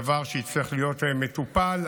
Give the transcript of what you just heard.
דבר שיצטרך להיות מטופל,